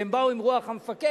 והם באו עם רוח המפקד,